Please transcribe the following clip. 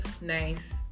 nice